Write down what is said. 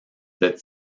that